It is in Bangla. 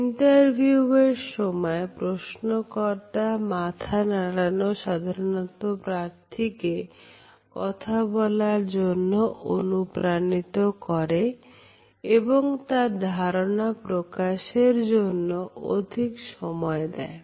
ইন্টারভিউয়ের সময় প্রশ্নকর্তা মাথা নাড়ানো সাধারণত প্রার্থীকে কথা বলার জন্য অনুপ্রাণিত করে এবং তার ধারণা প্রকাশের জন্য অধিক সময় দেয়